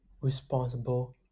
responsible